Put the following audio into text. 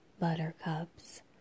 buttercups